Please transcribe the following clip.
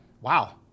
wow